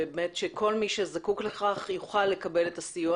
שכל מי שזקוק לך יוכל לקבל את הסיוע